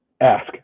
ask